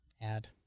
Add